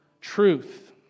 truth